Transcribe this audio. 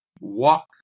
walk